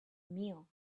meal